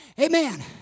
amen